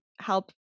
help